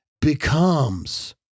becomes